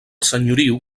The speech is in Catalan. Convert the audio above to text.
senyoriu